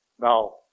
Now